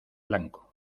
blanco